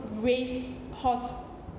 race horse